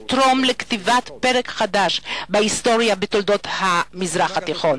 יתרום לכתיבת פרק חדש בתולדות המזרח התיכון.